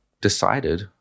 decided